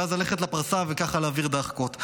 ואז ללכת לפרסה וככה להעביר דחקות.